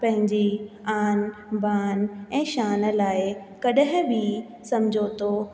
पंहिंजी आन बान ऐं शान लाइ कॾहिं बि सम्झो थो